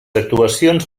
actuacions